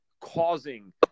causing